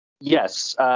Yes